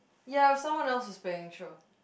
ya if someone else is paying sure